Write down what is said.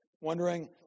Wondering